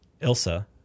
Ilsa